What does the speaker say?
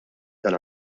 tal